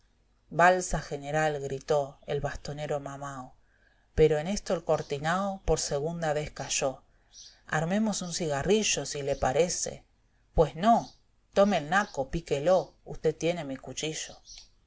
balsa general gritó el bastonero mamao pero en esto el cortinao por segunda vez cayó armemos un cigarrillo si le parece pues no tome el naco piqueló usté tiene mi cuchillo